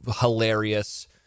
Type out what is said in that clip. hilarious